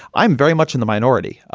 i'm very much in the minority,